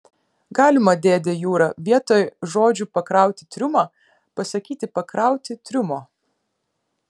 galima dėde jura vietoj žodžių pakrauti triumą pasakyti pakrauti triumo